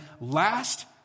last